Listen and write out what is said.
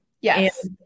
Yes